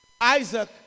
Isaac